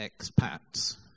expats